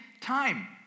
time